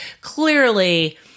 clearly